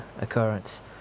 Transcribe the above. occurrence